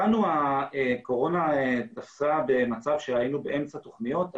אותנו הקורונה תפסה במצב שהיינו באמצע תוכניות.